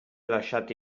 lasciati